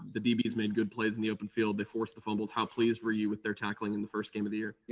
the dbs made good plays in the open field before the fumbles how pleased were you with their tackling in the first game of the year?